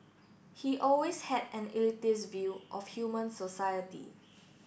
he always had an elitist view of human society